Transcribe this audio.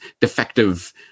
defective